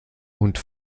und